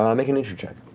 um make a nature check.